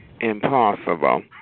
Impossible